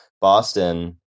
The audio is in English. Boston